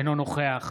אינו נוכח